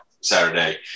Saturday